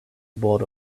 board